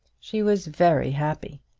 she was very happy.